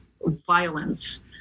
violence